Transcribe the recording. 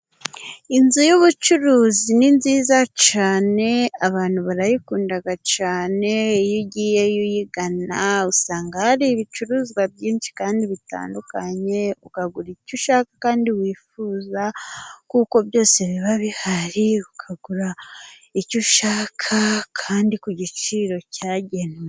Inzu y'ubucuruzi ni nziza cyane abantu barayikunda cyane, iyo ugiyeyo uyigana usanga hari ibicuruzwa byinshi kandi bitandukanye, ukagura icyo ushaka kandi wifuza kuko byose biba bihari, ukagura icyo ushaka kandi ku giciro cyagenwe.